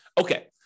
Okay